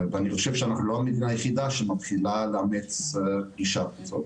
אני חושב שאנחנו לא המדינה היחידה שמתחילה לאמץ גישה כזו